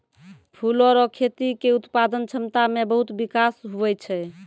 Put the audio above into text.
फूलो रो खेती के उत्पादन क्षमता मे बहुत बिकास हुवै छै